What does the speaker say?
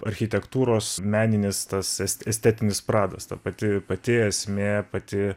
architektūros meninis tas es estetinis pradas ta pati pati esmė pati